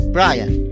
Brian